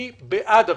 מי בעד הרוויזיה?